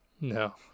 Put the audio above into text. No